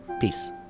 Peace